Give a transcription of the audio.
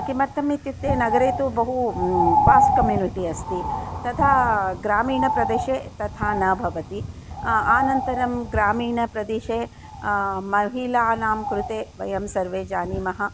किमर्थम् इत्युक्ते नगरे तु बहु वास् कम्युनिटि अस्ति तथा ग्रामीणप्रदेशे तथा न भवति अनन्तरं ग्रामीणप्रदेशे महिलानां कृते वयं सर्वे जानीमः